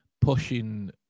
pushing